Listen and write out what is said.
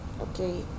Okay